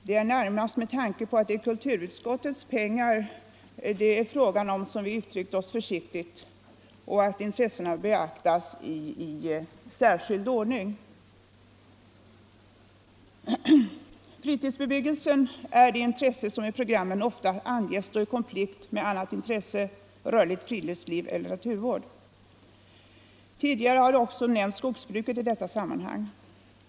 Det är närmast med tanke på att det gäller kulturutskottets pengar som vi har uttryckt oss försiktigt och framhållit att intressena bör beaktas i särskild ordning. Fritidsbebyggelsen är det intresse som i programmen oftast anges stå i konflikt med annat intresse — rörligt friluftsliv eller naturvård. Tidigare har jag även nämnt skogsbruket i detta sammanhang.